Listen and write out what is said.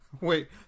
wait